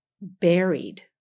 buried